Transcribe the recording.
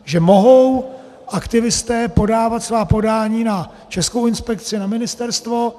Že mohou aktivisté podávat svá podání na Českou inspekci, na ministerstvo.